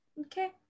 okay